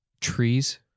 Trees